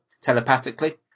telepathically